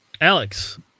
Alex